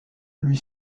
lui